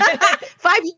Five